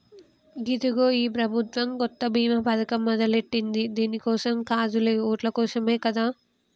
ఇదిగో గీ ప్రభుత్వం కొత్త బీమా పథకం మొదలెట్టింది దీని కోసం కాదులే ఓట్ల కోసమే కదా